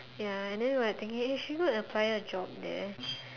ya and then we were like thinking eh should we go and apply a job there